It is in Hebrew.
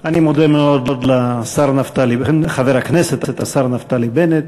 אני מודה לחבר הכנסת השר נפתלי בנט,